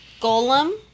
golem